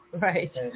right